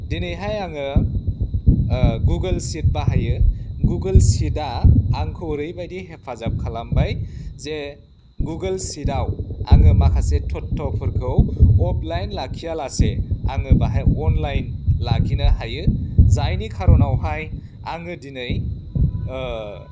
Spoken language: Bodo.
दिनैहाय आङो गुगोल शिट बाहायो गुगोल शिटआ आंखौ ओरैबायदि हेफाजाब खालामबाय जे गुगोल शिटआव आङो माखासे थथ्यफोरखौ अफलाइन लाखियालासे आङो बाहाय अनलाइन लाखिनो हायो जायनि खारनावहाय आङो दिनै